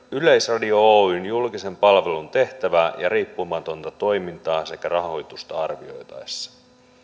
yleisradio oyn julkisen palvelun tehtävää ja riippumatonta toimintaa sekä rahoitusta arvioitaessa